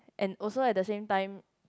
and also at the same time